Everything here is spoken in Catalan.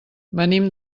venim